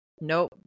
Nope